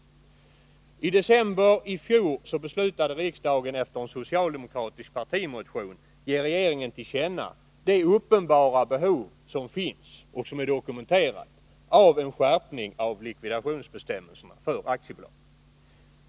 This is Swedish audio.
I december i fjol beslutade riksdagen med anledning av en socialdemokratisk partimotion att ge regeringen till känna att det finns ett uppenbart och dokumenterat behov av en skärpning av likvidationbestämmelserna för aktiebolag.